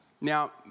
Now